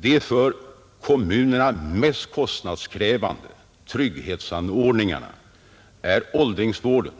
De för kommunerna mest kostnadskrävande trygghetsanordningarna är åldringsvården,